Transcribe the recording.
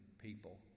people